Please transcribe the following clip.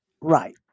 Right